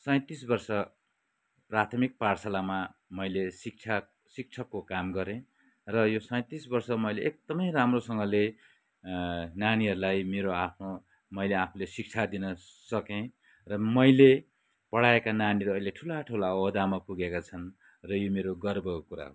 सैँतिस वर्ष प्राथमिक पाठशालामा मैले शिक्षा शिक्षकको काम गरेँ र यो सैँतिस वर्ष मैले एकदमै राम्रोसँगले नानीहरूलाई मेरो आफ्नो मैले आफूले शिक्षा दिनसकेँ र मैले पढाएका नानीहरू अहिले ठुला ठुला अहोदामा पुगेका छन् र यो मेरो गर्वको कुरा हो